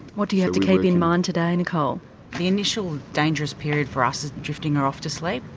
what do you have to keep in mind today, nicole? the initial dangerous period for us is drifting her off to sleep.